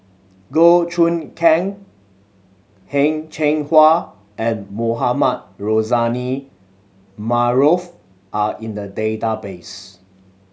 Goh Choon Kang Heng Cheng Hwa and Mohamed Rozani Maarof are in the database